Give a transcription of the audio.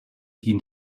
quin